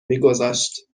میگذاشت